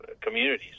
communities